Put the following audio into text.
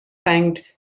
found